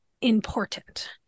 important